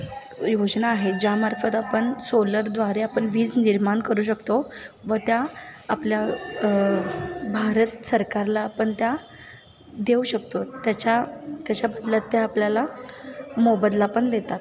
योजना आहेत ज्यामार्फत आपण सोलरद्वारे आपण वीज निर्माण करू शकतो व त्या आपल्या भारत सरकारला आपण त्या देऊ शकतो त्याच्या त्याच्याबदल्यात ते आपल्याला मोबदला पण देतात